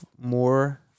more